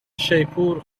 شیپور